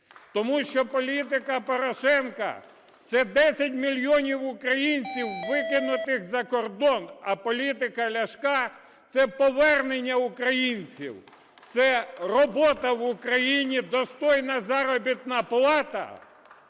Тому що політика Порошенка – це 10 мільйонів українців викинутих за кордон. А політика Ляшка – це повернення українців, це робота в Україні, достойна заробітна плата